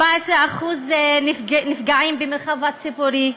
14% נפגעים במרחב הציבורי,